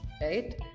right